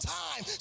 time